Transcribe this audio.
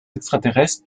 extraterrestres